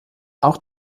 auch